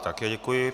Také děkuji.